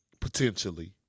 potentially